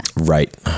Right